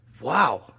Wow